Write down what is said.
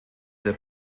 der